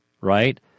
right